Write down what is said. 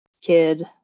kid